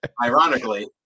Ironically